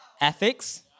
ethics